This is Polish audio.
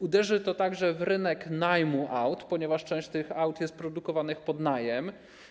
Uderzy to także w rynek najmu aut, ponieważ część tych aut jest produkowana pod najem.